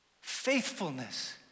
Faithfulness